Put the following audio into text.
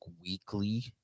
weekly